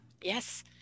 yes